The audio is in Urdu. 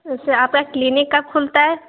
ویسے آپ کا کلینک کب کھلتا ہے